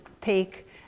take